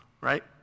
right